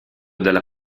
della